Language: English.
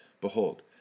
Behold